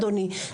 אדוני,